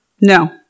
No